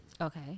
Okay